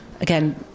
again